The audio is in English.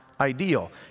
ideal